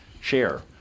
share